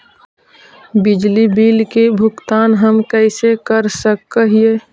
बिजली बिल के भुगतान हम कैसे कर सक हिय?